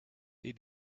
they